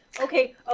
okay